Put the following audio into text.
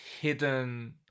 hidden